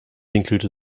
included